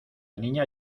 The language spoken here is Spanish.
niña